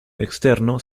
externo